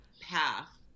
path